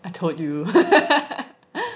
I told you